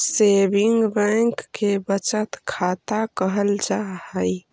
saving bank के बचत खाता कहल जा हइ